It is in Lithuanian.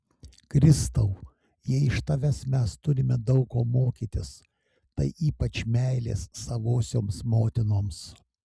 kristau jei iš tavęs mes turime daug ko mokytis tai ypač meilės savosioms motinoms